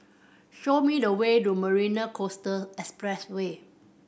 show me the way to Marina Coastal Expressway